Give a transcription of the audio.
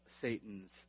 Satan's